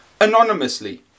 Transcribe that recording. anonymously